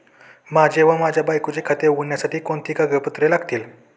माझे व माझ्या बायकोचे खाते उघडण्यासाठी कोणती कागदपत्रे लागतील?